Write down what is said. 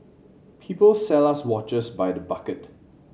people sell us watches by the bucket